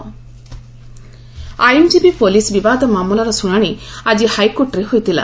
ଆଇନଜୀବୀ ବିବାଦ ଆଇନଜୀବୀ ପୋଲିସ୍ ବିବାଦ ମାମଲାର ଶୁଣାଶି ଆଜି ହାଇକୋର୍ଟରେ ହୋଇଥିଲା